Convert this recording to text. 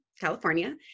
California